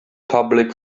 public